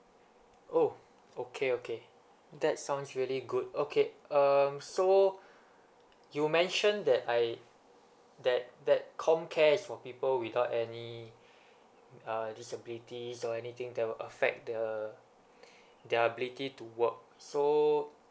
oh okay okay that sounds really good okay um so you mentioned that I that that comcare is for people without any uh disabilities or anything that will affect the their ability to work so